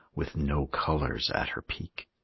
with no colors at her peak.